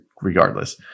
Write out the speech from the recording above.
regardless